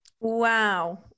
Wow